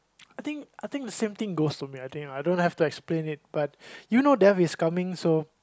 I think I think the same thing goes to me I think I don't have to explain it but you know death is coming so